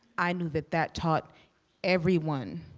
i knew that that taught everyone,